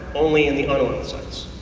only in the unoiled sites.